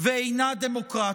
ואינה דמוקרטית.